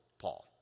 Paul